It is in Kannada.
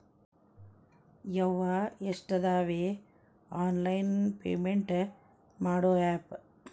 ಯವ್ವಾ ಎಷ್ಟಾದವೇ ಆನ್ಲೈನ್ ಪೇಮೆಂಟ್ ಮಾಡೋ ಆಪ್